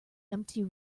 empty